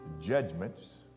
judgments